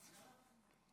(הישיבה נפסקה בשעה 14:14